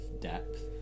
depth